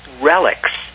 relics